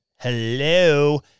hello